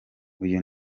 uyu